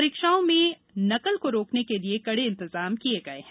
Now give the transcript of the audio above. परीक्षाओं में नकल को रोकने के लिए कड़े इंतजाम किये हैं